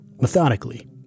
methodically